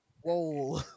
Whoa